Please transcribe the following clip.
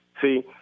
See